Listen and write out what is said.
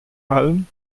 alm